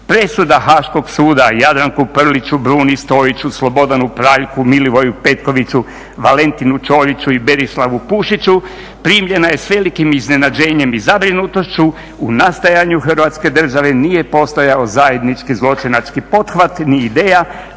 Presuda Haškog suda Jadranku Prliću, Bruni Stojiću, Slobodanu Praljku, Milivoju Petkoviću, Valentinu Ćoviću i Berislavu Pušiću primljena je s velikim iznenađenjem i zabrinutošću. U nastajanju Hrvatske države nije postojao zajednički zločinački pothvat ni ideja